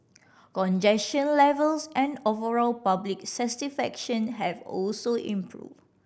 congestion levels and overall public satisfaction have also improved